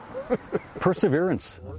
Perseverance